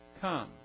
come